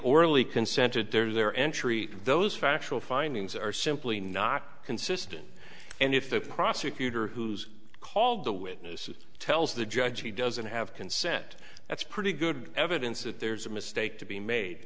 orally consented their entry those factual findings are simply not consistent and if the prosecutor who's called the witness tells the judge he doesn't have consent that's pretty good evidence that there's a mistake to be made